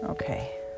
Okay